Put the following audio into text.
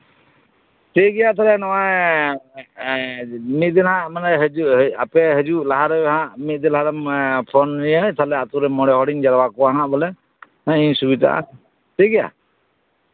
ᱴᱷᱤᱠᱜᱮᱭᱟ ᱛᱟᱞᱦᱮ ᱱᱚᱜᱼᱚᱭ ᱢᱤᱫ ᱫᱤᱱ ᱦᱟᱸᱜ ᱮᱸᱜ ᱟᱯᱮ ᱦᱤᱡᱩᱜ ᱞᱟᱦᱟ ᱨᱮ ᱦᱟᱸᱜ ᱮᱢ ᱯᱷᱳᱱᱟᱹᱫᱤᱧ ᱜᱮ ᱛᱟᱞᱦᱮ ᱠᱷᱟᱱ ᱟᱹᱛᱩᱨᱮᱱ ᱢᱚᱬᱮ ᱦᱚᱲᱤᱧ ᱡᱟᱨᱣᱟ ᱠᱚᱣᱟ ᱵᱚᱞᱮ ᱦᱮᱸ ᱤᱧ ᱥᱩᱵᱤᱛᱟᱜᱼᱟ ᱴᱷᱤᱠᱜᱮᱭᱟ